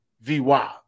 VY